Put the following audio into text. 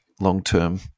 long-term